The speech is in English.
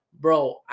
Bro